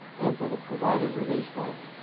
and for the provider relief fund.